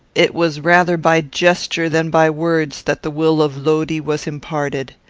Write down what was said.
it was rather by gesture than by words that the will of lodi was imparted.